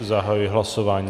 Zahajuji hlasování.